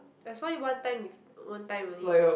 that's why one time with one time only